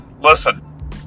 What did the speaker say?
listen